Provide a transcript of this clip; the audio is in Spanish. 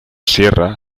sierra